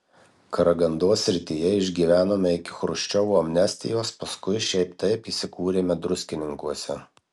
karagandos srityje išgyvenome iki chruščiovo amnestijos paskui šiaip taip įsikūrėme druskininkuose